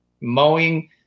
mowing